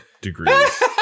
degrees